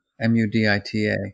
M-U-D-I-T-A